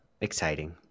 exciting